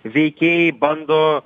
veikėjai bando